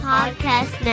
Podcast